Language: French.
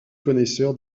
connaisseur